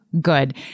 good